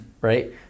right